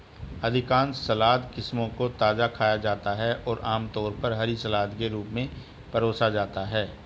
अधिकांश सलाद किस्मों को ताजा खाया जाता है और आमतौर पर हरी सलाद के रूप में परोसा जाता है